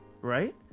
right